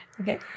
Okay